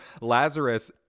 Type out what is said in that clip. Lazarus